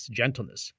gentleness